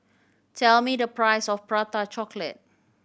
tell me the price of Prata Chocolate